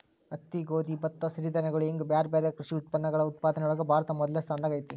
ಹತ್ತಿ, ಗೋಧಿ, ಭತ್ತ, ಸಿರಿಧಾನ್ಯಗಳು ಹಿಂಗ್ ಬ್ಯಾರ್ಬ್ಯಾರೇ ಕೃಷಿ ಉತ್ಪನ್ನಗಳ ಉತ್ಪಾದನೆಯೊಳಗ ಭಾರತ ಮೊದಲ್ನೇ ಸ್ಥಾನದಾಗ ಐತಿ